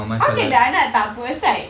how can the anak tak put aside